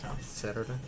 Saturday